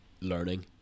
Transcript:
learning